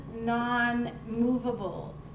non-movable